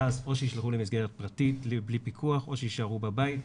ואז או שיישלחו למסגרת פרטית בלי פיקוח או שיישארו בבית.